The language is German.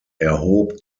erhob